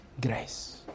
grace